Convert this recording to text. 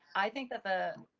i think that the.